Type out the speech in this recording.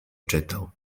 czytał